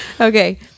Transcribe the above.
okay